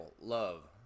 love